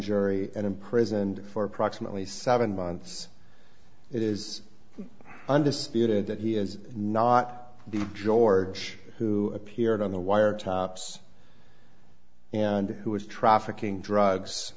jury and imprisoned for approximately seven months it is undisputed that he has not been george who appeared on the wire tops and who was trafficking drugs